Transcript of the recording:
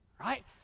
Right